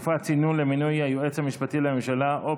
תקופת צינון למינוי היועץ המשפטי לממשלה או